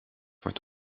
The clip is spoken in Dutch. wordt